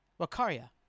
Wakaria